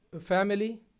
family